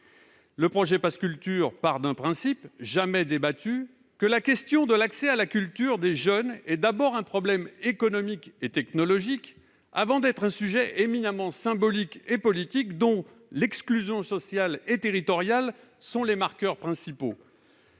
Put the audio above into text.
Le projet de pass culture part d'un principe jamais débattu en vertu duquel la question de l'accès à la culture des jeunes est d'abord un problème économique et technologique avant d'être un sujet éminemment symbolique et politique, dont l'exclusion sociale et territoriale est le marqueur principal.